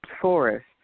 forest